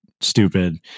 stupid